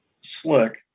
Slick